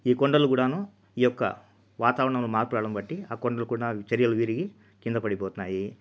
ఈ కొండలు కూడా ఈ యొక్క వాతావరణంలో మార్పు రావడం బట్టి ఆ కొండలు కూడా చర్యలు విరిగి కింద పడిపోతున్నాయి